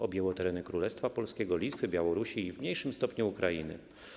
Objęło tereny Królestwa Polskiego, Litwy, Białorusi i w mniejszym stopniu Ukrainy.